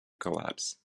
collapse